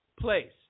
place